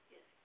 Yes